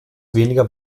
weniger